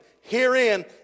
Herein